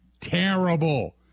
terrible